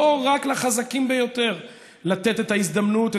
לא רק לחזקים ביותר לתת את ההזדמנות,